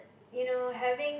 you know having